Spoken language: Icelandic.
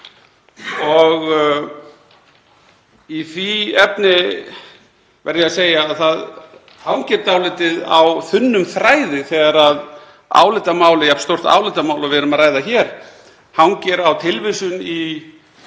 Í því efni verð ég að segja að það hangir dálítið á þunnum þræði þegar jafn stórt álitamál og við erum að ræða hér hangir á tilvísun í